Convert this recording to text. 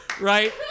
Right